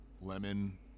Lemon